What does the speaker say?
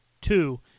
Two